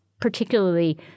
particularly